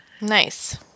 Nice